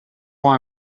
why